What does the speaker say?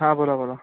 हां बोला बोला